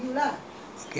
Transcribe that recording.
how old I am